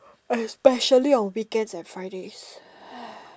especially on weekends and Friday